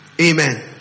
Amen